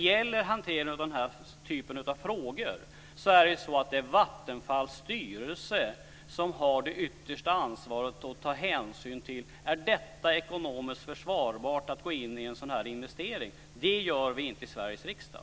I hanteringen av denna typ av frågor är det Vattenfalls styrelse som har det yttersta ansvaret. Den ska ta hänsyn till om det är ekonomiskt försvarbart att gå in i en sådan här investering. Det gör vi inte i Sveriges riksdag.